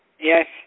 Yes